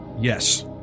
Yes